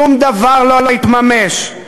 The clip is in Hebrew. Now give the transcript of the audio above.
שום דבר לא התממש,